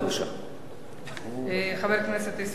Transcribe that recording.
חבר הכנסת ישראל חסון, לא נמצא.